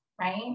right